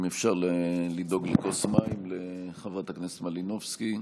אם אפשר לדאוג לכוס מים לחברת הכנסת מלינובסקי,